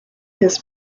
his